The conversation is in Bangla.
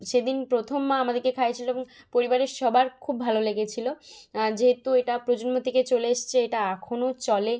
সেদিন প্রথম মা আমাদেরকে খাইয়েছিল এবং পরিবারের সবার খুব ভালো লেগেছিল যেহেতু এটা প্রজন্ম থেকে চলে এসেছে এটা এখনও চলে